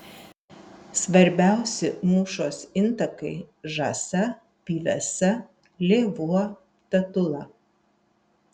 svarbiausi mūšos intakai žąsa pyvesa lėvuo tatula